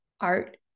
art